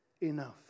enough